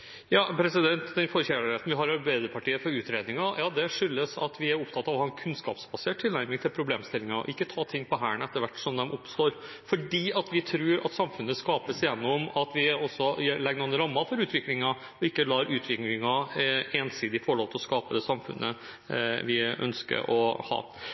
Den forkjærligheten vi i Arbeiderpartiet har for utredninger, skyldes at vi er opptatt av å ha en kunnskapsbasert tilnærming til problemstillinger og ikke ta ting på hælen etter hvert som de oppstår, fordi vi tror at samfunnet skapes gjennom at vi også legger noen rammer for utviklingen og ikke lar utviklingen ensidig få lov til å skape samfunnet vi ønsker å ha.